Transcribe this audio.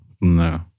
No